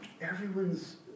Everyone's